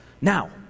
Now